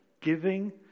giving